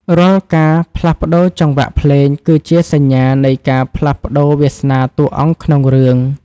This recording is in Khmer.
រាល់ការផ្លាស់ប្តូរចង្វាក់ភ្លេង គឺជាសញ្ញានៃការផ្លាស់ប្តូរវាសនាតួអង្គក្នុងរឿង។